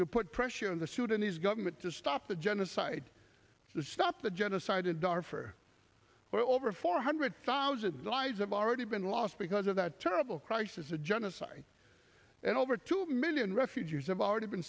to put pressure on the sudanese government to stop the genocide to stop the genocide in darfur for well over four hundred thousand zizou have already been lost because of that terrible crisis a genocide and over two million refugees have already been